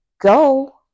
Go